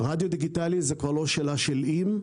רדיו דיגיטלי זה כבר לא שאלה של אם,